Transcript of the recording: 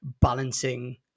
balancing